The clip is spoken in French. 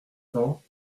cents